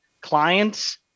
clients